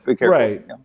right